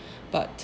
but